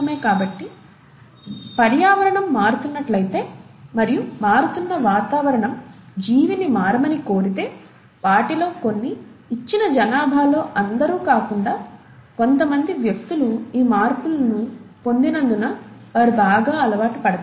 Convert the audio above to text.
కాబట్టి పర్యావరణం మారుతున్నట్లయితే మరియు మారుతున్న వాతావరణం జీవిని మారమని కోరితే వాటిలో కొన్ని ఇచ్చిన జనాభాలో అందరూ కాకుండా కొంతమంది వ్యక్తులు ఈ మార్పులను పొందినందున వారు బాగా అలవాటు పడతారు